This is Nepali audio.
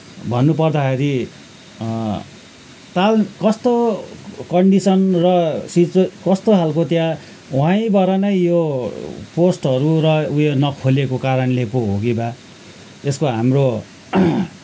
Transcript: भन्नु पर्दाखेरि ताल कस्तो कन्डिसन र सिच्वे कस्तो खालको त्यहाँ वहीँबाट नै यो पोस्टहरू र ऊ यो नखोलिएको कारणले पो हो कि बा यसको हाम्रो